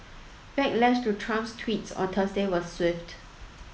backlash to Trump's tweets on Thursday was swift